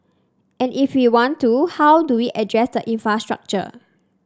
and if we want to how do we address the infrastructure